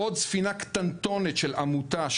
עוד ספינה קטנטונת של עמותה,